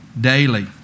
daily